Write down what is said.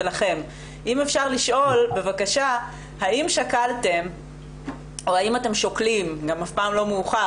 האיש מהווה סכנה לציבור, לא פחות.